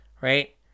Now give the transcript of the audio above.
right